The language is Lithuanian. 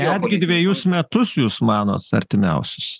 netgi dvejus metus jūs manot artimiausius